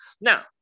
Now